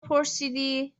پرسیدی